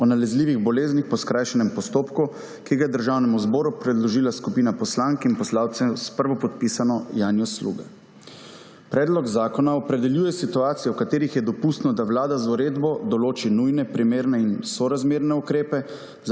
o nalezljivih boleznih po skrajšanem postopku, ki ga je Državnemu zboru predložila skupina poslank in poslancev s prvopodpisano Janjo Sluga. Predlog zakona opredeljuje situacije, v katerih je dopustno, da Vlada z uredbo določi nujne, primerne in sorazmerne ukrepe